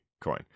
coin